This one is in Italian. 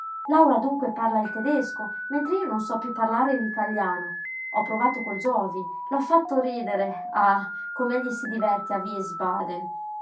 laura dunque parla il tedesco mentre io non so piú parlare l'italiano ho provato col giovi l'ho fatto ridere ah com'egli si diverte a wiesbaden è